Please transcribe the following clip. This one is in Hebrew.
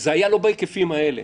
זה לא היה בהיקפים האלה.